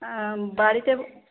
বাড়িতে